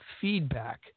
feedback